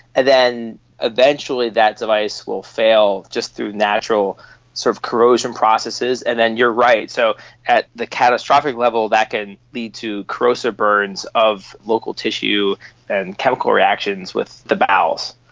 and then eventually that device will fail just through natural sort of corrosion processes and then, you're right, so at the catastrophic catastrophic level that can lead to corrosive burns of local tissue and chemical reactions with the bowels.